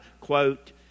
quote